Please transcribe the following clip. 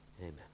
Amen